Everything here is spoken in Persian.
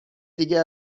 دیگه